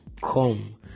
come